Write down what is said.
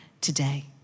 today